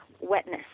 wetness